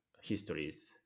histories